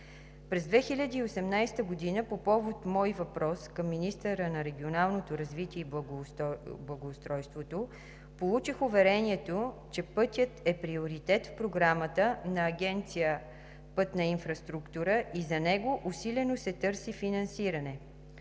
През 2018 г. по повод мой въпрос към министъра на регионалното развитие и благоустройството получих уверението, че пътя е приоритет в програмата на Агенция „Пътна инфраструктура“ и за него усилено се търси финансиране.